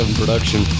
production